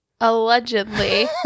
Allegedly